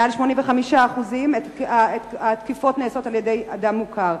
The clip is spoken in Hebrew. מעל 85% התקיפות נעשות על-ידי אדם מוכר.